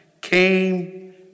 came